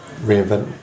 reinvent